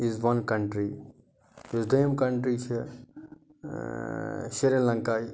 is one country یُس دوٚیِم country چھِ شری لنکایہِ